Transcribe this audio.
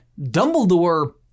Dumbledore